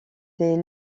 des